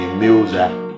music